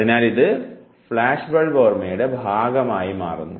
അതിനാൽ ഇത് flash bulb ഓർമ്മയുടെ ഭാഗമായി മാറുന്നു